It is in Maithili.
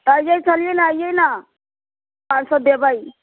कहलियै छलियै न आइयै न पाँच सए देबै